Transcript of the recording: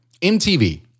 MTV